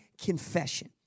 confession